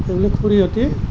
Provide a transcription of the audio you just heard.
মোৰ খুৰীৰ সৈতে